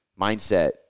mindset